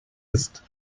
ist